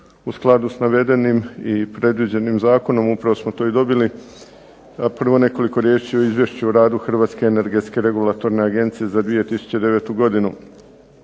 U skladu s navedenim i predviđenim zakonom upravo smo to i dobili, a prvo nekoliko riječi o izvješću o radu Hrvatske energetske regulatorne agencije za 2009. godinu.